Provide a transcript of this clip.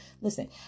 listen